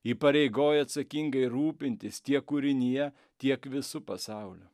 įpareigoja atsakingai rūpintis tiek kūrinyje tiek visu pasauliu